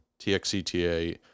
TXCTA